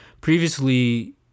previously